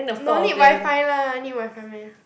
no need WiFi lah need WiFi meh